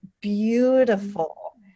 beautiful